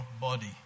body